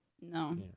no